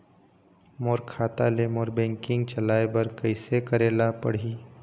मोर खाता ले मोर बैंकिंग चलाए बर कइसे करेला पढ़ही?